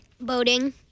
Boating